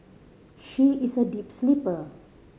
she is a deep sleeper